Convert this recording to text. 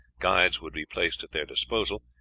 guides would be placed at their disposal,